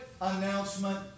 announcement